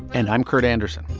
and i'm kurt andersen.